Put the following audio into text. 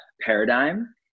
paradigm